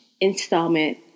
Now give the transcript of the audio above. installment